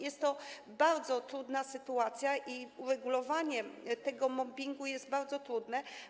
Jest to bardzo trudna sytuacja i uregulowanie kwestii mobbingu jest bardzo trudne.